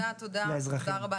תודה רבה.